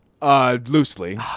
Loosely